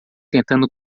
tentando